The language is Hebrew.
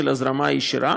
של הזרמה ישירה,